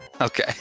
Okay